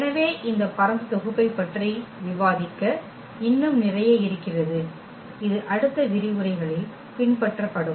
எனவே இந்த பரந்த தொகுப்பைப் பற்றி விவாதிக்க இன்னும் நிறைய இருக்கிறது அது அடுத்த விரிவுரைகளில் பின்பற்றப்படும்